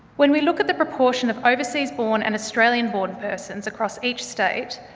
when we look at the proportion of overseas born and australian born persons across each state,